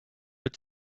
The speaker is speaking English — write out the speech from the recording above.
but